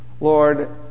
Lord